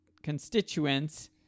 ...constituents